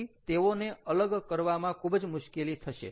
પછી તેઓને અલગ કરવામાં ખૂબ જ મુશ્કેલી થશે